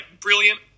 brilliant